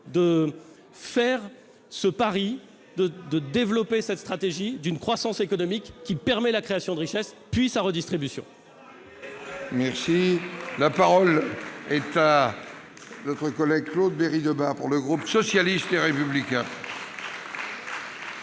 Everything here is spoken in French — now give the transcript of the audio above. de faire le pari de développer cette stratégie d'une croissance économique qui permet la création de richesses, puis sa redistribution. La parole est à M. Claude Bérit-Débat, pour le groupe socialiste et républicain.